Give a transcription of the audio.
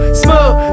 smooth